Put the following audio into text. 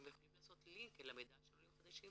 הם יכולים לעשות לינק למידע של עולים חדשים